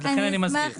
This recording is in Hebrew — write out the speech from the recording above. לכן אני מסביר